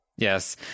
yes